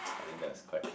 I think that's quite